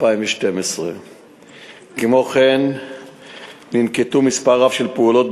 2012. כמו כן ננקטו מספר רב של פעולות,